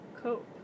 cope